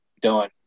done